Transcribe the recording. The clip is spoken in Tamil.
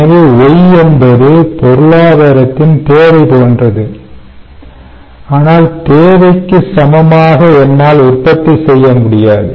எனவே Y என்பது பொருளாதாரத்தின் தேவை போன்றது ஆனால் தேவைக்கு சமமாக என்னால் உற்பத்தி செய்ய முடியாது